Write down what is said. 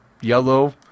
yellow